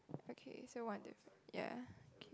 okay so one different yeah okay